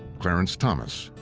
clarence thomas,